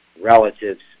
relatives